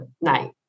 night